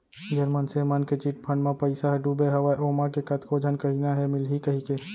जेन मनसे मन के चिटफंड म पइसा ह डुबे हवय ओमा के कतको झन कहिना हे मिलही कहिके